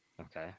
Okay